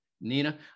Nina